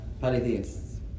polytheists